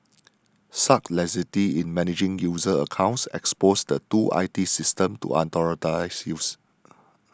such laxity in managing user accounts exposes the two I T systems to unauthorised used